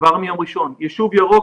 כבר מיום ראשון, יישוב ירוק